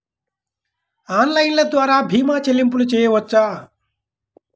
Online ద్వార భీమా చెల్లింపులు చేయవచ్చా?